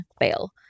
fail